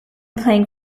playing